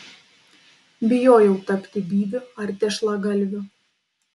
bijojau tapti byviu ar tešlagalviu